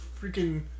freaking